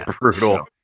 brutal